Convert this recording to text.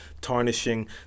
tarnishing